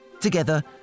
Together